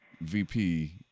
VP